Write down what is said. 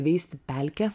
veisti pelkę